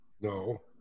No